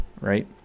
right